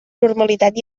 normalitat